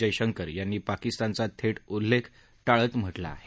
जयशंकर यांनी पाकिस्तानचा थेट उल्लेख टाळत म्हटलं आहे